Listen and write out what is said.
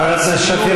חברת הכנסת סתיו שפיר,